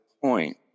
point